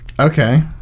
Okay